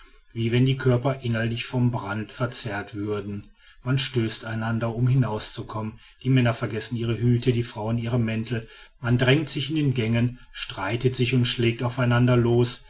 wie wenn die körper innerlich von brand verzehrt würden man stößt einander um hinauszukommen die männer vergessen ihre hüte die frauen ihre mäntel man drängt sich in den gängen streitet sich und schlägt auf einander los